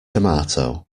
tomato